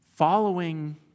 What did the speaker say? Following